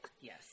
Yes